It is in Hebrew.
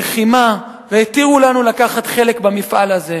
לחימה, והתירו לנו לקחת חלק במפעל הזה.